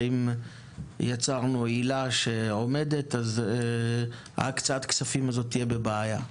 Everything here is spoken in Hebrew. ואם יצרנו עילה שעומדת אז הקצאת הכספים הזאת תהיה בבעיה.